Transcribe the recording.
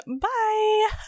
Bye